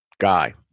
guy